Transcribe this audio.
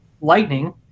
Lightning